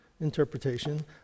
interpretation